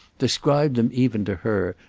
described them even to her,